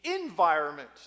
environment